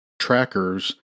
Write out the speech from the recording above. trackers